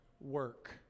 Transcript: work